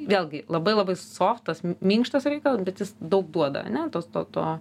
vėlgi labai labai softas minkštas reikalas bet jis daug duoda ane tos to to